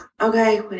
okay